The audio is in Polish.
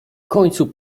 końcu